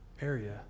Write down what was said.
area